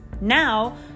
Now